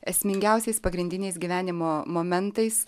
esmingiausiais pagrindiniais gyvenimo momentais